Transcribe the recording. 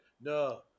No